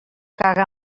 caga